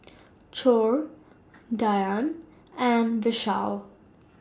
Choor Dhyan and Vishal